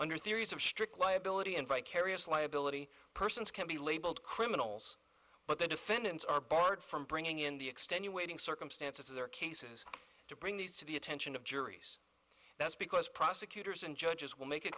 under theories of strict liability and vicarious liability persons can be labeled criminals but the defendants are barred from bringing in the extenuating circumstances of their cases to bring these to the attention of juries that's because prosecutors and judges will make it